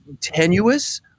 tenuous